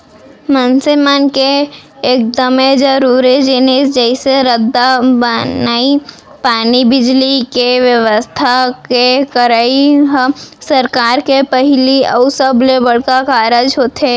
मनसे मन के एकदमे जरूरी जिनिस जइसे रद्दा बनई, पानी, बिजली, के बेवस्था के करई ह सरकार के पहिली अउ सबले बड़का कारज होथे